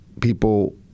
People